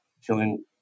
feeling